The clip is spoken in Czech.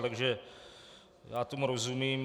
Takže já tomu rozumím.